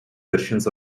versions